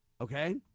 okay